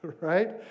right